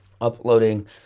uploading